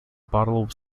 bottle